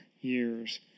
years